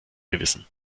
gewissen